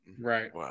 Right